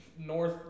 north